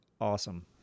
awesome